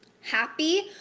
happy